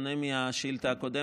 בשונה מהשאילתה הקודמת,